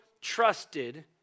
trusted